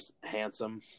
handsome